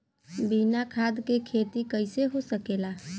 बिना खाद के खेती कइसे हो सकेला?